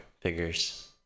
figures